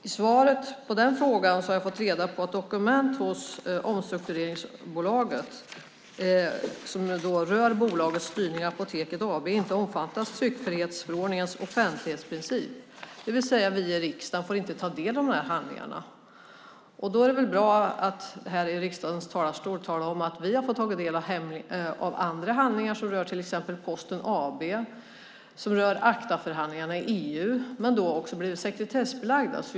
I svaret på den frågan har jag fått reda på att dokument hos omstruktureringsbolaget som rör bolagets styrning av Apoteket AB inte omfattas av tryckfrihetsförordningens offentlighetsprincip, det vill säga vi i riksdagen får inte ta del av de här handlingarna. Då är det bra att här i riksdagens talarstol tala om att vi har fått ta del av andra handlingar som till exempel rör Posten AB och ACTA-förhandlingarna i EU och som blivit sekretessbelagda.